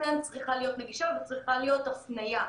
אנחנו נשמח לספק את המידע הזה,